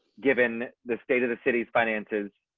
given the state of the city's finances.